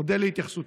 אודה להתייחסותך.